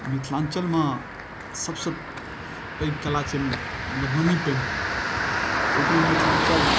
मिथिलाञ्चलमे सबसँ पैघ कला छै मधुबनी पेन्टिङ्ग ओहिके लेल मिथिलाञ्चल